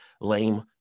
lame